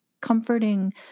comforting